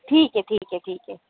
ٹھیک ہے ٹھیک ہے ٹھیک ہے